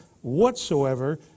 whatsoever